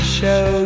show